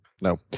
No